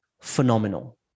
phenomenal